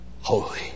holy